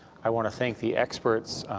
i want to thank the experts.